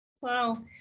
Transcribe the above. Wow